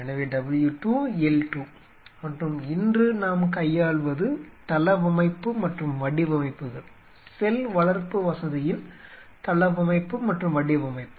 எனவே W 2 L 2 மற்றும் இன்று நாம் கையாள்வது தளவமைப்பு மற்றும் வடிவமைப்புகள் செல் வளர்ப்பு வசதியின் தளவமைப்பு மற்றும் வடிவமைப்பு